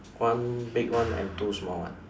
one big one and two small one